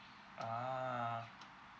ah